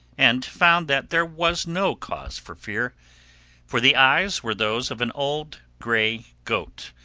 and found that there was no cause for fear for the eyes were those of an old gray goat,